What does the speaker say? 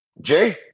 Jay